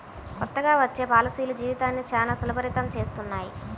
కొత్తగా వచ్చే పాలసీలు జీవితాన్ని చానా సులభతరం చేస్తున్నాయి